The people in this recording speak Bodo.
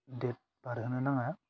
डेट बारहोनो नाङा